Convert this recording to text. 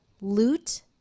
loot